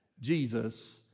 Jesus